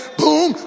boom